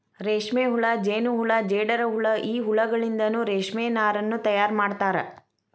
ರೇಷ್ಮೆಹುಳ ಜೇನಹುಳ ಜೇಡರಹುಳ ಈ ಹುಳಗಳಿಂದನು ರೇಷ್ಮೆ ನಾರನ್ನು ತಯಾರ್ ಮಾಡ್ತಾರ